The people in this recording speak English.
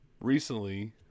Recently